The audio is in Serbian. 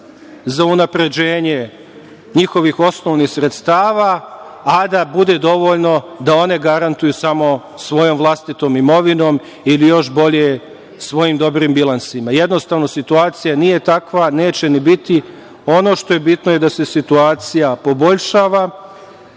za unapređenje njihovih osnovnih sredstava, a da bude dovoljno da one garantuju samo svojom vlastitom imovinom ili, još bolje, svojim dobrim bilansima. Jednostavno, situacija nije takva i neće ni biti. Ono što je bitno, jeste da se situacija poboljšava,